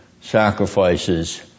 sacrifices